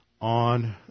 on